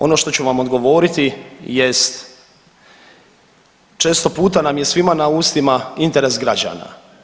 Ono što ću vam odgovoriti jest, često puta nam je svima na ustima interes građana.